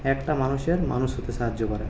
একটা মানুষের মানুষ হতে সাহায্য করে